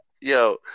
yo